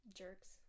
jerks